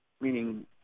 meaning